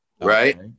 right